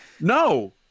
no